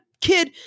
kid